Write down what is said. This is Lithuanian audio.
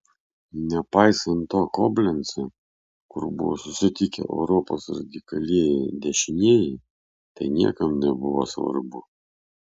nepaisant to koblence kur buvo susitikę europos radikalieji dešinieji tai niekam nebuvo svarbu